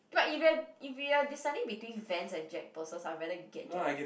but if you're if you are deciding between Vans and Jack-Purcells I rather get Jack